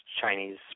Chinese